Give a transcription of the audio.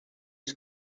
des